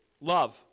love